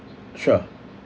sure